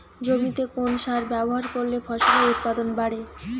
জমিতে কোন সার ব্যবহার করলে ফসলের উৎপাদন বাড়ে?